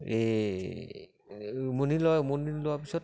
এই উমনি লয় উমনি লোৱা পিছত